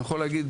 אני יכול להגיד,